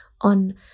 on